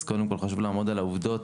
אז קודם כל חשוב לעמוד על העובדות.